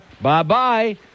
Bye-bye